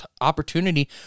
opportunity